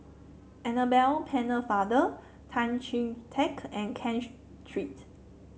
Annabel Pennefather Tan Chee Teck and Ken Street